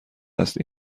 است